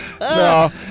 No